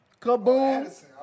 Kaboom